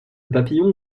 papillon